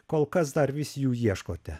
kol kas dar vis jų ieškote